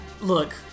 Look